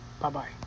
Bye-bye